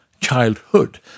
childhood